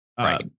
Right